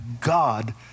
God